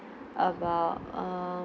about err